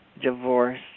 divorce